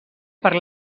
per